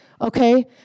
okay